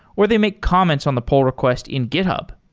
or they make comments on the pull request in github.